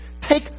take